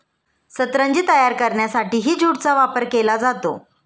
सतरंजी तयार करण्यासाठीही ज्यूटचा वापर केला जातो